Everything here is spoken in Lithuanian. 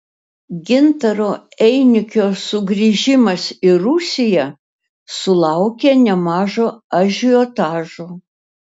gintaro einikio sugrįžimas į rusiją sulaukė nemažo ažiotažo